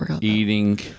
eating